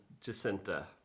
Jacinta